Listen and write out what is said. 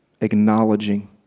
acknowledging